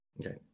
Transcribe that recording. Okay